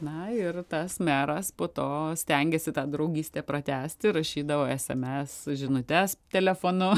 na ir tas meras po to stengėsi tą draugystę pratęsti rašydavo sms žinutes telefonu